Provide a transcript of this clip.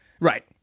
Right